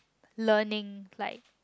learning like